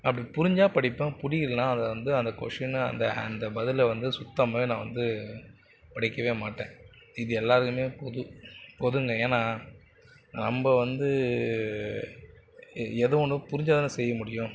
அப்படி புரிஞ்சால் படிப்பேன் புரியலைனா அதை வந்து அந்த கொஸினை அந்த அந்த பதிலை வந்து சுத்தமாகவே நான் வந்து படிக்கவே மாட்டேன் இது எல்லாருக்குமே பொது பொதுங்க ஏன்னால் நம்ம வந்து எதோ ஒன்று புரிஞ்சால் தானே செய்யமுடியும்